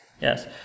Yes